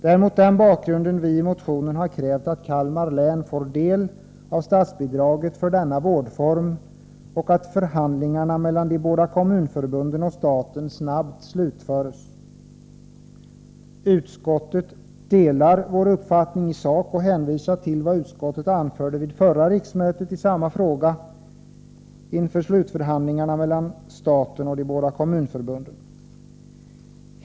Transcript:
Det är mot den bakgrunden som vi i motionen krävt att Kalmar län får del av statsbidraget för denna vårdform och att förhandlingarna mellan de båda kommunförbunden och staten snabbt slutförs. I sak delar utskottet vår uppfattning. Man hänvisar till vad utskottet förra riksmötet anförde i samma fråga inför slutförhandlingarna mellan staten och de båda kommunförbunden.